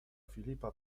filipa